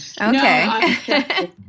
Okay